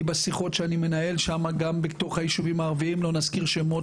בשיחות שאני מנהל שם גם בתוך הישובים הערביים ולא נזכיר שמות,